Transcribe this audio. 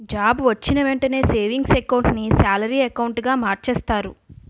job వొచ్చిన వెంటనే savings account ను సాలరీ అకౌంటుగా మార్చేస్తారు